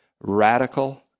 radical